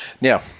Now